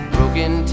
Broken